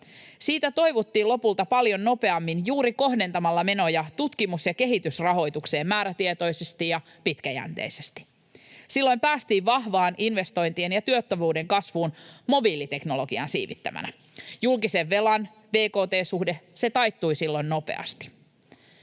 siitä toivuttiin paljon nopeammin juuri kohdentamalla menoja tutkimus- ja kehitysrahoitukseen määrätietoisesti ja pitkäjänteisesti. Silloin päästiin vahvaan investointien ja tuottavuuden kasvuun mobiiliteknologian siivittämänä. Julkisen velan bkt-suhde, se taittui silloin nopeasti.